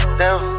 down